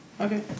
Okay